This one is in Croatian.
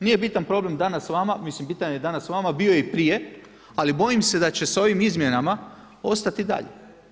Nije bitan problem danas vama, mislim bitan je danas vama, bio je i prije, ali bojim se da će s ovim izmjenama ostat i dalje.